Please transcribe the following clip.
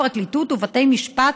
פרקליטות ובתי משפט,